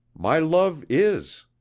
my love is,